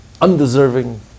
Undeserving